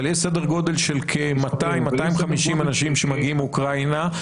אבל יש סדר גודל של כ-200 250 אנשים שמגיעים מאוקראינה.